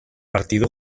partido